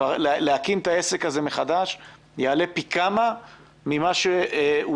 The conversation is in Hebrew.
להקים את העסק הזה מחדש יעלה פי כמה ממה אולי